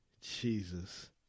Jesus